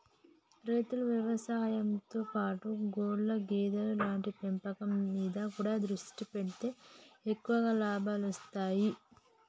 రైతులు వ్యవసాయం తో పాటు కోళ్లు గేదెలు లాంటి పెంపకం మీద కూడా దృష్టి పెడితే ఎక్కువ లాభాలొస్తాయ్